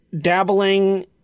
dabbling